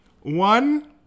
One